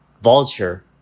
Vulture